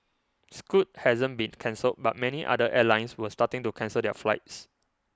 Scoot hasn't been cancelled but many other airlines were starting to cancel their flights